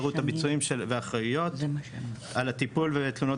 פירוט הביצועים והאחראיות על הטיפול בתלונות